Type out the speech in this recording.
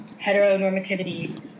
heteronormativity